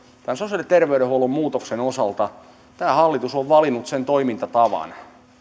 tämän sosiaali ja terveydenhuollon muutoksen osalta tämä hallitus on valinnut sen toimintatavan